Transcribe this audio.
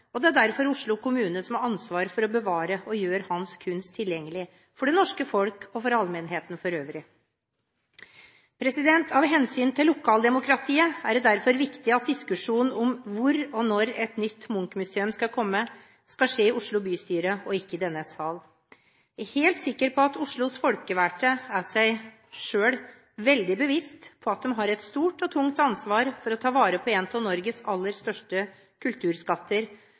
og det er derfor Oslo kommune som har ansvar for å bevare og gjøre hans kunst tilgjengelig for det norske folk og for allmennheten for øvrig. Av hensyn til lokaldemokratiet er det derfor viktig at diskusjonen om hvor og når et nytt Munch-museum skal komme, skal skje i Oslo bystyre og ikke i denne sal. Jeg er helt sikker på at Oslos folkevalgte er seg veldig bevisst at de har et stort og tungt ansvar for å ta vare på en av Norges aller største kulturskatter,